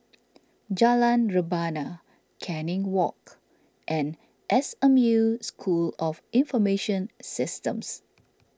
Jalan Rebana Canning Walk and S M U School of Information Systems